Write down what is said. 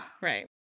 Right